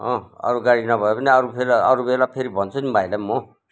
अँ अरू गाडी नभए पनि अरू फेर अरू बेला फेरि भन्छु नि भाइलाई म